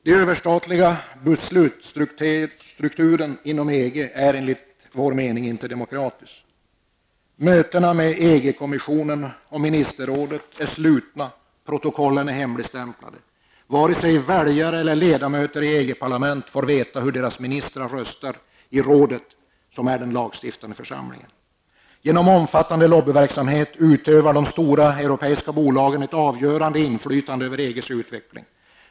Den överstatliga beslutsstrukturen inom EG är enligt vår mening inte demokratisk. Mötena med EG-kommissionen och ministerrådet är slutna och protokollen hemligstämplade. Varken väljare eller ledamöter i EG-parlament får veta hur deras ministrar röstar i rådet, som är lagstiftande församling. Genom omfattande lobbyverksamhet utövar de stora europeiska bolagen ett avgörande inflytande över EGs utveckling.